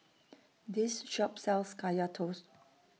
This Shop sells Kaya Toast